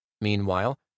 Meanwhile